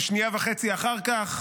ושנייה וחצי אחר כך